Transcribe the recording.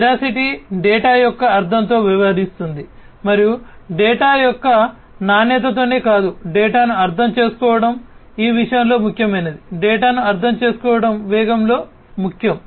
veracity data యొక్క అర్ధంతో వ్యవహరిస్తుంది మరియు డేటా యొక్క నాణ్యతతోనే కాదు డేటాను అర్థం చేసుకోవడం ఈ విషయంలో ముఖ్యమైనది డేటాను అర్థం చేసుకోవడం వేగం లో ముఖ్యం